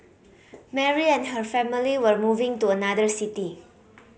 Mary and her family were moving to another city